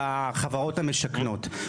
ולחברות המשכנות,